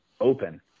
open